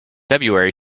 february